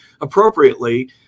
appropriately